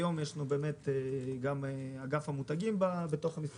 היום יש לנו גם אגף מותגים במשרד.